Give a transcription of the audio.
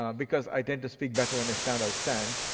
because i tend to speak better when i stand, i'll stand.